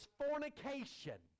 fornication